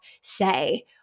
say